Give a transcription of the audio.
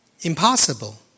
impossible